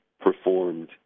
performed